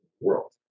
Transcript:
world